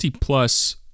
plus